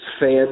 fans